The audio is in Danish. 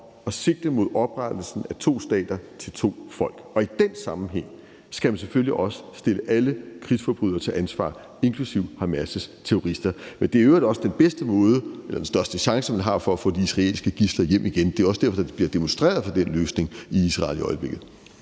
at sigte mod oprettelsen af to stater til to folk. Og i den sammenhæng skal man selvfølgelig også stille alle krigsforbrydere til ansvar, inklusive Hamas' terrorister. Men det er i øvrigt også den største chance, man har, for at få de israelske gidsler hjem igen. Det er også derfor, der bliver demonstreret for den løsning i Israel i øjeblikket.